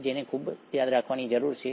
જેને ખૂબ યાદ રાખવાની જરૂર છે